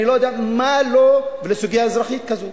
אני לא יודע מה לו ולסוגיה אזרחית כזאת.